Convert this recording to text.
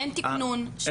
אין תיקנון.